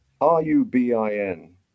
R-U-B-I-N